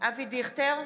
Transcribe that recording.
אבי דיכטר,